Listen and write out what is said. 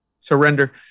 surrender